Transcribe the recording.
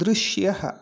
दृश्यः